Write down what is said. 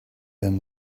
them